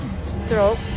stroke